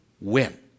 win